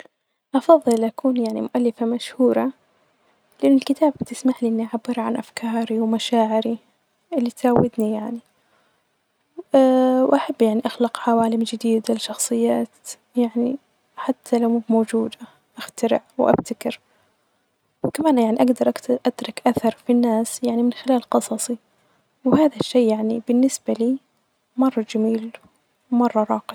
أفظل أكون يعني مؤلفة مشهورة، لإن الكتاب بتسمحلي أن أعبر عن أفكاري ومشاعري اللي سوتني يعني، وأحب أخلق عوالم جديدة لشخصيات يعني حتى لو مو موجودة ،أخترع وأبتكر وكمان يعني أجدر أترك أثر في الناس، يعني من خلال قصصي ،وهذا الشيء يعني بالنسبة لي مرة جميل ،ومرة راقي.